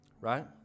Right